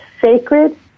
sacred